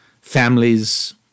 families